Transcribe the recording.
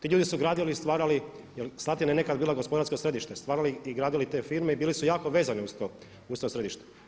Ti ljudi su gradili i stvarali, jel Slatina je nekad bila gospodarsko središte, stvarali i gradili te firme i bili su jako vezani uz to središte.